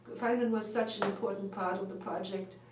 feynman was such an important part of the project.